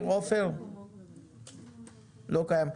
לא קיים.